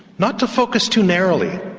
not to focus too narrowly.